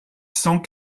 cent